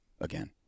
again